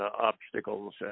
obstacles